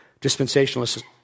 dispensationalists